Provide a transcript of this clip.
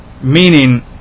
Meaning